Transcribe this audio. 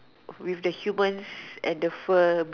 with the humans and the firm